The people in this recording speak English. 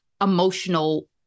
emotional